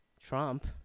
Trump